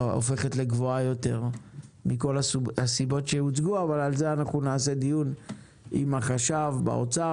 הופכת לגבוהה יותר מכל הסיבות שהוצגו אבל על זה נעשה דיון עם החשב באוצר